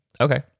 okay